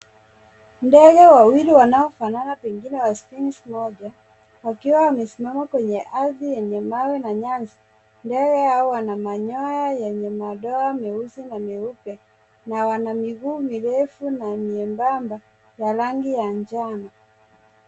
Ndege wawili wanaofanana pengine wa species moja wakiwa wamesimama kwenye ardhi yenye mawe na nyasi. Ndege hao wana manyoya yenye madoa meusi na meupe na wana miguu mirefu na miebamba ya rangi ya njano.